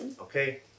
Okay